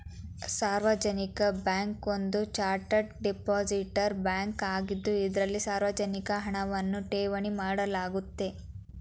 ಸಾರ್ವಜನಿಕ ಬ್ಯಾಂಕ್ ಒಂದು chartered depository bank ಆಗಿದ್ದು ಇದ್ರಲ್ಲಿ ಸಾರ್ವಜನಿಕ ಹಣವನ್ನ ಠೇವಣಿ ಮಾಡಲಾಗುತ್ತೆ